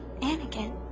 Anakin